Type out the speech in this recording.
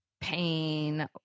pain